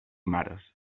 mares